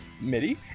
MIDI